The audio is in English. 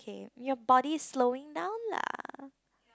your body slowing down lah